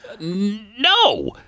No